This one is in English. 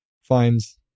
Finds